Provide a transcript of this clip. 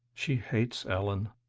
she hates ellen,